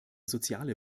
soziale